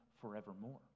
forevermore